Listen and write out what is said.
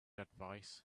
advice